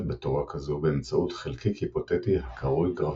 בתורה כזו באמצעות חלקיק היפותטי הקרוי גרביטון.